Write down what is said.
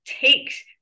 takes